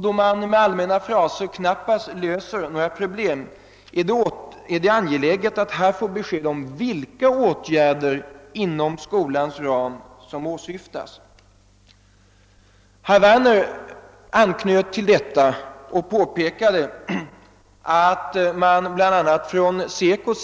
Då man med allmänna fraser knappast löser några problem är det angeläget att vi här får besked om vilka åtgärder inom skolans ram som åsyftas. Herr Werner anknöt till detta sammanhang och påpekade att bl.a. SECO